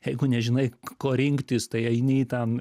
jeigu nežinai k ko rinktis tai eini ten